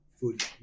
food